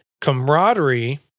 camaraderie